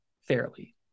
fairly